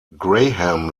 graham